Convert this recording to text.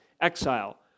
exile